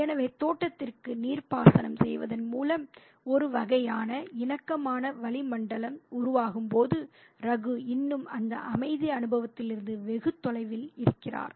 எனவே தோட்டத்திற்கு நீர்ப்பாசனம் செய்வதன் மூலம் ஒரு வகையான இணக்கமான வளிமண்டலம் உருவாகும்போது ரகு இன்னும் அந்த அமைதி அனுபவத்திலிருந்து வெகு தொலைவில் இருக்கிறார்